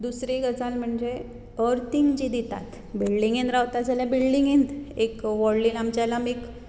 दुसरी गजाल म्हणजे अर्थींग जी दितात बिल्डींगेंत रावतात जाल्यार बिल्डींगेंत एक व्हडली लांबचे लांब एक